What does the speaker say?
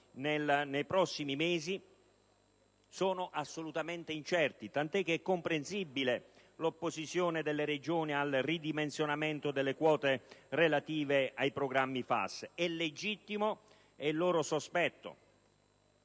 nei prossimi mesi sono incerte, tant'è che è comprensibile l'opposizione delle Regioni al ridimensionamento delle quote relative ai programmi FAS ed è legittimo il loro sospetto.